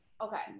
Okay